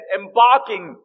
embarking